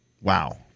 Wow